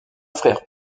frère